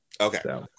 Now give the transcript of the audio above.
Okay